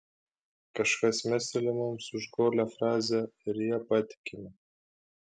kažkas mesteli mums užgaulią frazę ir ja patikime